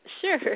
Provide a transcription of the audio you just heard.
Sure